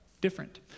Different